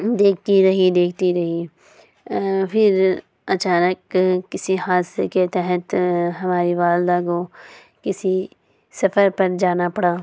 دیکھتی رہی دیکھتی رہی پھر اچانک کسی حادثے کے تحت ہماری والدہ کو کسی سفر پر جانا پڑا